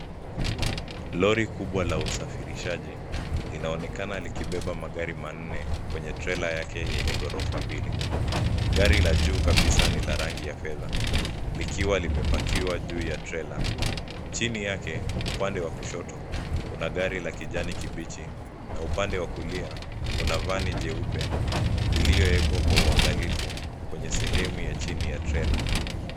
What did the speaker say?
Lori kubwa la usafirishaji linaonekana likibeba magari manne kwenye trela yake yenye ghorofa mbili. Gari la juu kabisa ni la rangi ya fedha, likiwa limepakiwa juu ya trela. Chini yake upande wa kushoto kuna gari la kijani kibichi na upande wa kulia kuna vani jeupe iliyowekwa kwa uangalifu kwenye sehemu ya chini ya trela.